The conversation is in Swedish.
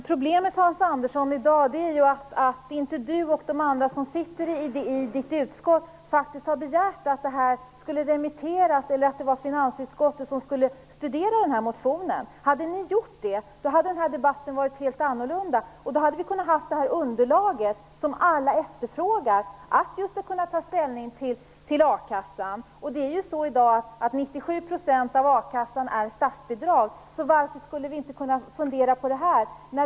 Herr talman! Problemet i dag är ju att Hans Andersson och de andra som sitter i utskottet inte har begärt remittering eller att finansutskottet skall studera motionen. Hade ni gjort det hade denna debatt varit helt annorlunda. Då hade vi haft det underlag som alla efterfrågar för att kunna ta ställning till frågan om akassan. I dag är 97 % av a-kassan statsbidrag, så varför skulle vi inte kunna fundera på detta förslag?